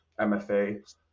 MFA